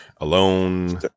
alone